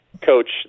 Coach